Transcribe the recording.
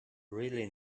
really